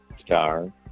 star